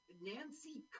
Nancy